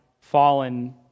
fallen